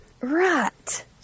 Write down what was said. Right